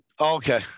Okay